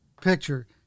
picture